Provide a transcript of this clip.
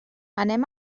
anem